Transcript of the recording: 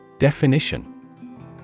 Definition